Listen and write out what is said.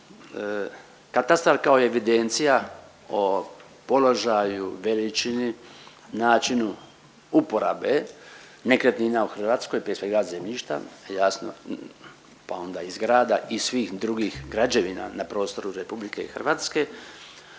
Katastar kao evidencija o položaju, veličini, načinu, uporabe nekretnina u Hrvatskoj, prije svega, zemljišta, jasno, pa onda i zgrada i svih drugih građevina na prostoru RH, još uvijek